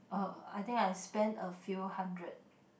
uh I think I spend a few hundred